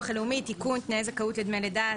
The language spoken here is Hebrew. הלאומי (תיקון תנאי זכאות לדמי לידה),